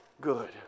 good